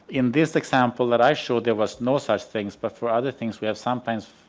in this example that i showed there was no such things but for other things we have sometimes